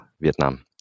Vietnam